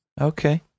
Okay